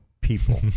people